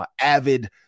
avid